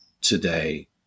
today